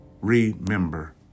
remember